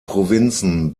provinzen